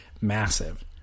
massive